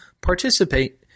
participate